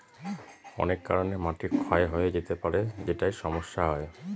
অনেক কারনে মাটি ক্ষয় হয়ে যেতে পারে যেটায় সমস্যা হয়